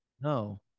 No